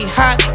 hot